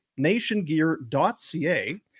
nationgear.ca